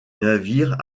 navire